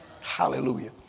Hallelujah